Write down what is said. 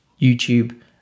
youtube